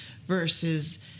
versus